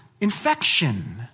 infection